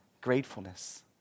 gratefulness